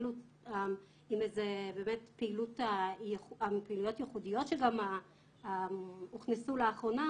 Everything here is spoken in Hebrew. עם באמת פעילויות ייחודיות שגם הוכנסו לאחרונה,